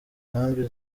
nkambi